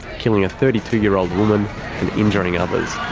killing a thirty two year old woman and injuring others.